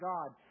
God